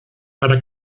para